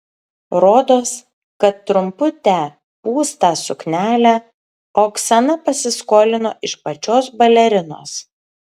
rodos kad trumputę pūstą suknelę oksana pasiskolino iš pačios balerinos